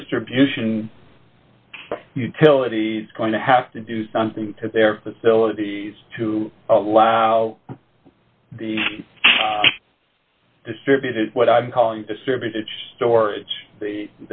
distribution utilities going to have to do something to their facilities to allow the distributed what i'm calling distributed storage the